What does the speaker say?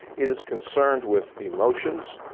it is concerned with emotions,